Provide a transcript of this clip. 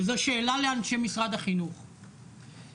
וזו שאלה לאנשי משרד החינוך -- לקצר,